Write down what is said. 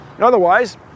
Otherwise